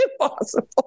impossible